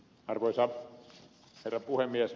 arvoisa herra puhemies